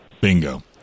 Bingo